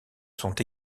sont